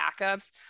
backups